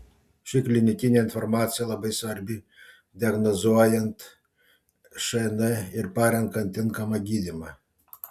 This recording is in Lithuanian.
ši klinikinė informacija labai svarbi diagnozuojant šn ir parenkant tinkamą gydymą